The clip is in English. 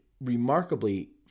remarkably